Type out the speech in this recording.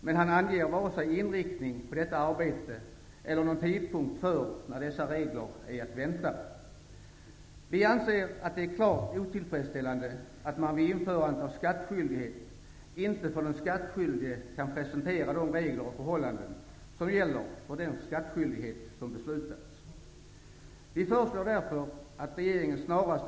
Men statsrådet anger inte vare sig inriktningen för detta arbete eller någon tidpunkt för när nya regler är att vänta. Vi anser att det är klart otillfredsställande att man vid införandet av skattskyldighet för den skatteskyldige inte kan presentera de regler och förhållanden som gäller för den skattskyldighet som beslutats.